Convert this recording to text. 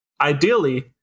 ideally